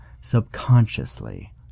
subconsciously